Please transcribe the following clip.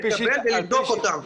לקבל ולבדוק אותם.